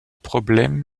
problèmes